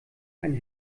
einen